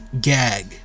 gag